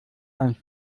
ein